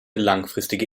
langfristige